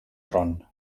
tron